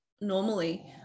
normally